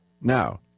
Now